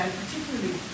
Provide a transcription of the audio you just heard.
particularly